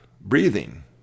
breathing